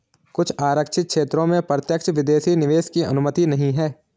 कुछ आरक्षित क्षेत्रों में प्रत्यक्ष विदेशी निवेश की अनुमति नहीं है